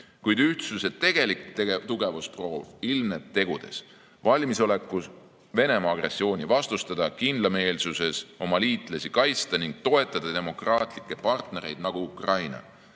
Kuid ühtsuse tegelik tugevusproov ilmneb tegudes: valmisolekus Venemaa agressiooni vastustada, kindlameelsuses oma liitlasi kaitsta ning toetada demokraatlikke partnereid nagu Ukraina. Euroopa